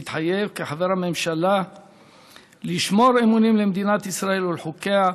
מתחייב כחבר הממשלה לשמור אמונים למדינת ישראל ולחוקיה,